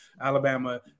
Alabama